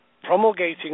promulgating